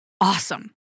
awesome